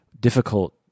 difficult